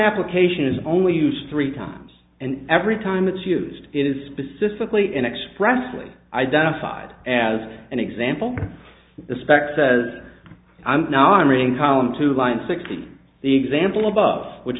application is only used three times and every time it's used it is specifically in expressly identified as an example the spec says i'm now entering column two line sixty the example above which